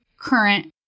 current